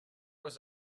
was